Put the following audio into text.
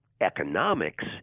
economics